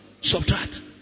Subtract